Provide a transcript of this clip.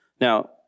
Now